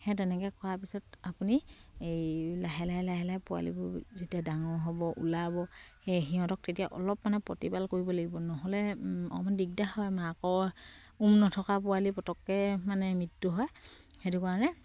সেয়ে তেনেকে কৰাৰ পিছত আপুনি এই লাহে লাহে লাহে লাহে পোৱালিবোৰ যেতিয়া ডাঙৰ হ'ব ওলাব সেই সিহঁতক তেতিয়া অলপ মানে প্ৰতিপাল কৰিব লাগিব নহ'লে অকমান দিগদাৰ হয় মাকৰ উম নথকা পোৱালি পতককে মানে মৃত্যু হয় সেইটো কাৰণে